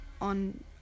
on